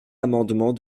amendement